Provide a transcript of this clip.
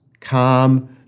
calm